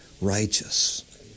righteous